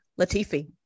Latifi